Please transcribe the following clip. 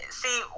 see